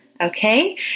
Okay